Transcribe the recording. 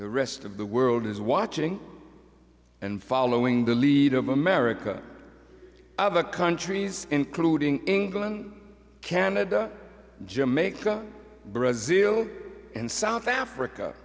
the rest of the world is watching and following the lead of america of a countries including england canada jamaica brazil and south africa